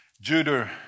Judah